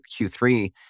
Q3